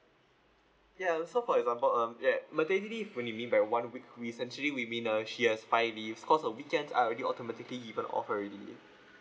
ya so for example um ya maternity leave what you mean by one week essentially we mean uh she has five leave cause of weekends are already automatically given off already